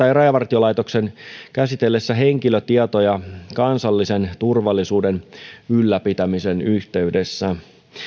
ja rajavartiolaitoksen käsitellessä henkilötietoja kansallisen turvallisuuden ylläpitämisen yhteydessä